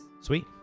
Sweet